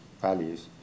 values